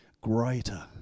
greater